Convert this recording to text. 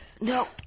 no